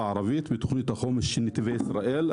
הערבית בתוכנית החומש של נתיבי ישראל,